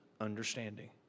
understanding